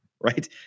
Right